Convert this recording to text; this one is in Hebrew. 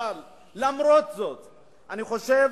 אבל למרות זאת אני חושב,